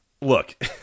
Look